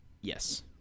Yes